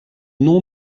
nom